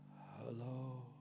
Hello